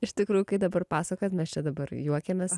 iš tikrųjų kai dabar pasakojat mes čia dabar juokiamės